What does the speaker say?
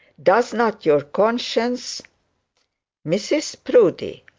does not your conscience mrs proudie,